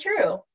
true